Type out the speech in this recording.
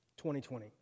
2020